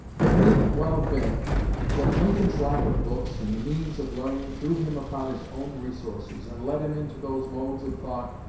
it may well have been that lincoln's lack of books and the means of learning threw him upon his own resources and led him into those modes of thought,